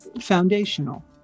foundational